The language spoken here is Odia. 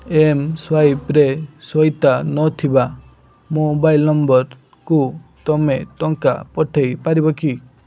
ଏମ୍ସ୍ୱାଇପ୍ରେ ସାଇତା ନଥିବା ମୋବାଇଲ ନମ୍ବରକୁ ତୁମେ ଟଙ୍କା ପଠାଇପାରିବ କି